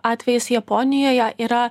atvejis japonijoje yra